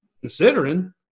considering